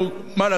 הצבאיים,